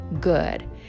good